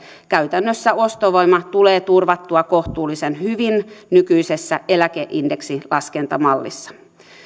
käytännössä ostovoima tulee turvattua kohtuullisen hyvin nykyisessä eläkeindeksin laskentamallissa